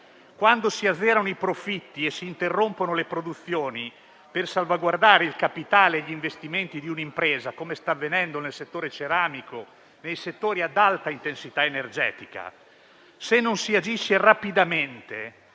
Quando si azzerano i profitti e si interrompono le produzioni per salvaguardare il capitale e gli investimenti di un'impresa - come sta avvenendo nel settore ceramico e nei settori ad alta intensità energetica - se non si agisce rapidamente,